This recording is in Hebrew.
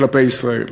כלפי ישראל.